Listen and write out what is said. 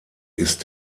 ist